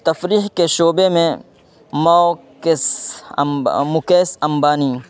تفریح کے شعبے میں موکس مکیش امبانی